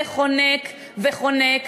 וחונק וחונק.